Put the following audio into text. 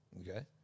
okay